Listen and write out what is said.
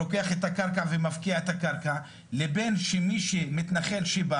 לוקח את הקרקע ומפקיע את הקרקע לבין מתנחל שבה